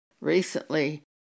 Recently